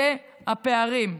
אלה הפערים.